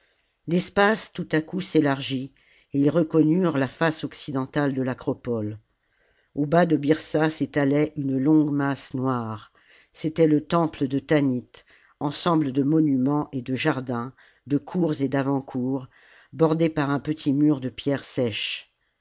l'espace tout à coup s'élargit et ils reconnurent la face occidentale de l'acropole au bas de byrsa s'étalait une longue masse noire c'était le temple de tanit ensemble de monuments et de jardins de cours et d'avantcours bordé par un petit mur de pierres sèches